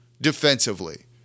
defensively